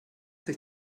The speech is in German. sich